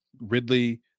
Ridley